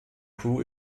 crew